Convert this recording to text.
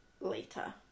later